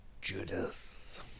Judas